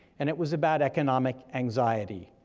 and it was about economic anxiety,